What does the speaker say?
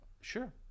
sure